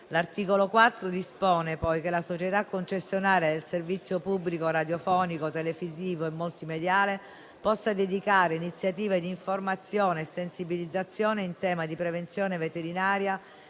L'articolo 4 dispone poi che la società concessionaria del servizio pubblico radiofonico, televisivo e multimediale possa dedicare iniziative di informazione e sensibilizzazione in tema di prevenzione veterinaria,